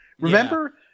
remember